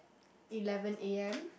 eleven A_M